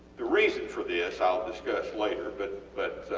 the reason for this ah ill discuss later but but